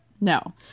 No